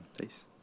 Peace